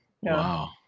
wow